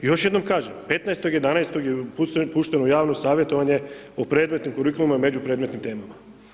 I još jednom kažem, 15.11. je pušten u javno savjetovanje o predmetnom kurikulumu i međupredmetnim temama.